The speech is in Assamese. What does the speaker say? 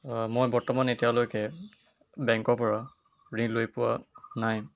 মই বৰ্তমান এতিয়ালৈকে বেংকৰ পৰা ঋণ লৈ পোৱা নাই